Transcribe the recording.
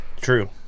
True